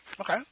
Okay